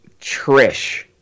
trish